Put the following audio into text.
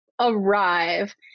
arrive